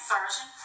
Version